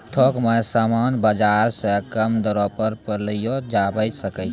थोक मे समान बाजार से कम दरो पर पयलो जावै सकै छै